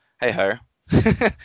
hey-ho